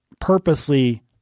purposely